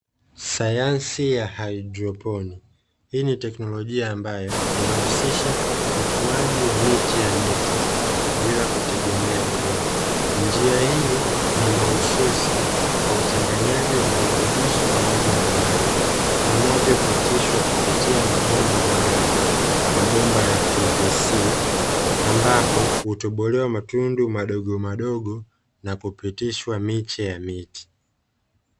Sayansi ya haidroponi hii ni teknolojia ambayo inahusisha ukuaji wa miche ya miti bila kutegemea udongo, njia hii ni mahususi kwa uchanganyaji wa virutubishi pamoja na maji vinavyo pitishwa kupitia mabomba maalumu mabomba ya pvc ambapo hutobolewa matunda madogo madogo na kupitishwa miche ya miti.